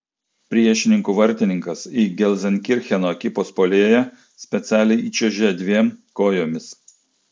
priešininkų vartininkas į gelzenkircheno ekipos puolėją specialiai įčiuožė dviem kojomis